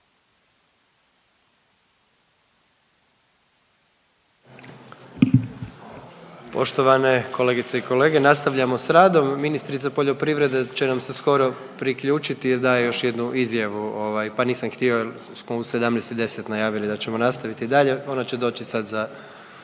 Poštovane kolegice i kolege, nastavljamo s radom. Ministrica poljoprivrede će nam se skoro priključiti jer daje još jednu izjavu. Ovaj, pa nisam htio jer smo u 17 i 10 najavili da ćemo nastaviti dalje. Ona će doći sad za